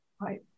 Right